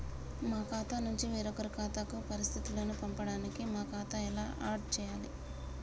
మా ఖాతా నుంచి వేరొక ఖాతాకు పరిస్థితులను పంపడానికి మా ఖాతా ఎలా ఆడ్ చేయాలి?